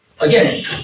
again